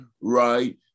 right